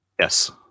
Yes